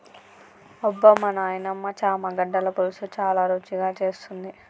అబ్బమా నాయినమ్మ చామగడ్డల పులుసు చాలా రుచిగా చేస్తుంది